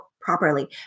properly